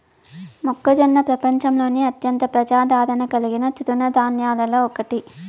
మొక్కజొన్న ప్రపంచంలోనే అత్యంత ప్రజాదారణ కలిగిన తృణ ధాన్యాలలో ఒకటి